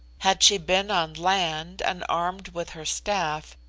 had she been on land and armed with her staff,